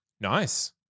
Nice